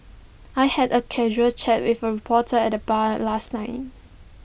I had A casual chat with A reporter at the bar last night